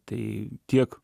tai tiek